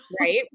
right